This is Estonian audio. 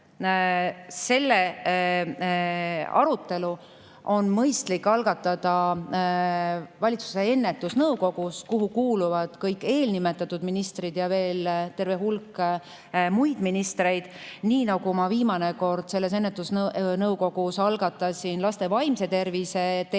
see arutelu on mõistlik algatada valitsuse ennetusnõukogus, kuhu kuuluvad kõik eelnimetatud ministrid ja veel terve hulk ministreid. Nii nagu ma viimane kord algatasin ennetusnõukogus laste vaimse tervise teema